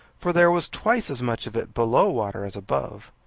for there was twice as much of it below water as above.